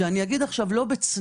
שאני אגיד לא בצניעות,